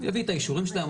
יביא את האישורים שלהם,